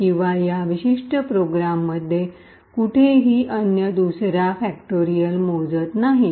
किंवा या विशिष्ट प्रोग्राममध्ये कोठेही अन्य दुसरा फैक्टोरिअल मोजत नाहीत